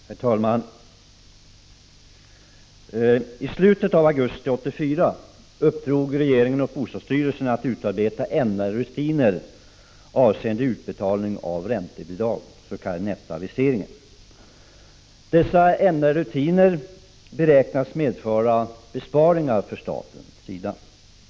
Herr talman! I slutet av augusti 1984 uppdrog regeringen åt bostadsstyrelsen att utarbeta ändrade rutiner avseende utbetalningarna av räntebidragen, s.k. nettoaviseringar. Dessa ändrade rutiner beräknas medföra besparingar för staten.